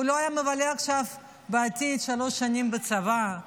הוא לא היה מבלה בעתיד שלוש שנים בצבא,